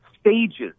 stages